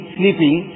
sleeping